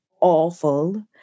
awful